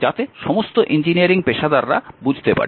যাতে সমস্ত ইঞ্জিনিয়ারিং পেশাদাররা বুঝতে পারে